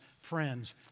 friends